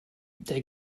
der